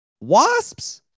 Wasps